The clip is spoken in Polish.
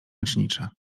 leczniczy